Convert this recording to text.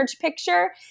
picture